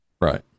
right